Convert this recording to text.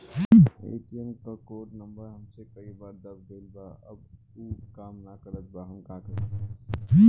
ATM क code number हमसे कई बार दब गईल बा अब उ काम ना करत बा हम का करी?